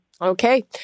Okay